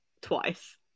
twice